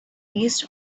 east